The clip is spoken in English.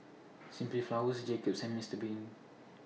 Simply Flowers Jacob's and Mister Bean